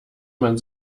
man